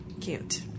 Cute